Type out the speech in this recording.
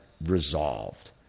resolved